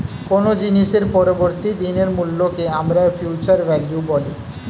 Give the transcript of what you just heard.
কোনো জিনিসের পরবর্তী দিনের মূল্যকে আমরা ফিউচার ভ্যালু বলি